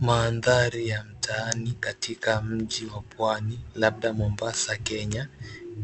Mandhari ya mtaani katika mji wa Pwani labda Mombasa Kenya